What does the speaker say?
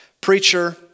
preacher